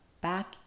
back